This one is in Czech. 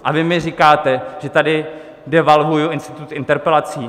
A vy mi říkáte, že tady devalvuji institut interpelací.